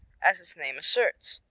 as its name asserts.